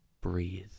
breathe